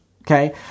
Okay